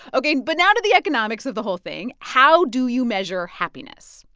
ok. but now to the economics of the whole thing how do you measure happiness?